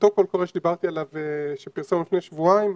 אותו קול קורא שפרסמנו לפני שבועיים,